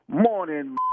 Morning